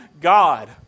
God